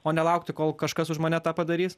o nelaukti kol kažkas už mane tą padarys